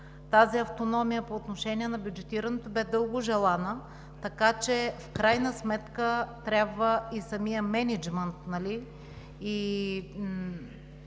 Тази автономия по отношение на бюджетирането бе дълго желана, така че в крайна сметка трябва и самият мениджмънт